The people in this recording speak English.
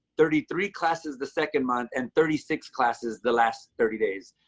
thirty three classes the second month and thirty six classes the last thirty days.